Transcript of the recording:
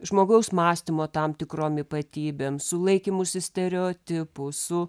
žmogaus mąstymo tam tikrom ypatybėm su laikymųsi stereotipų su